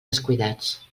descuidats